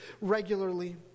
regularly